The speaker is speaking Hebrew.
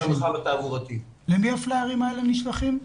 למי הפלאיירים האלה נשלחים?